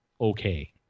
okay